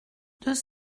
deux